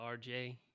RJ